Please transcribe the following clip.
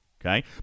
Okay